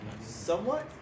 Somewhat